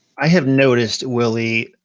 i have noticed, willie,